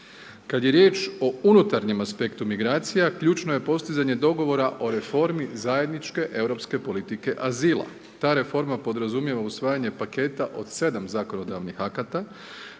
Kad je riječ o unutarnjem aspektu migracija ključno je postizanje dogovora o Reformi zajedničke europske politike azila. Ta reforma podrazumijeva usvajanje paketa od 7 zakonodavnih akata,